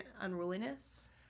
unruliness